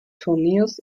turniers